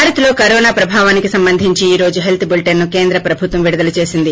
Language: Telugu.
భారత్లో కరోనా ప్రభావానికి సంబంధించి ఈ రోజు హెల్త్ బులీటెన్ను కేంద్ర ప్రభుత్వం విడుదల చేసింది